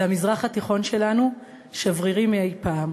והמזרח התיכון שלנו שברירי מאי-פעם.